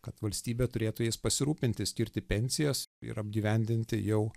kad valstybė turėtų jais pasirūpinti skirti pensijas ir apgyvendinti jau